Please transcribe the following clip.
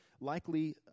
likely